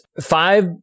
five